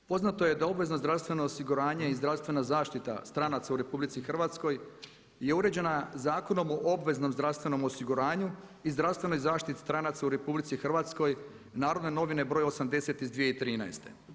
Poznato je da obvezno zdravstveno osiguranje i zdravstvena zaštita stranaca u RH je uređena Zakonom o obveznom zdravstvenom osiguranju i zdravstvenoj zaštiti stranaca u RH Narodne novine br. 80 iz 2013.